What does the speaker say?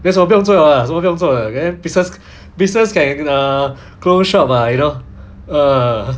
guess 我不用做了 lah 什么都不用做了 okay business business can err closed shop lah you know ah